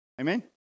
Amen